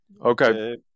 okay